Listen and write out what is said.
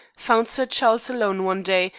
found sir charles alone one day,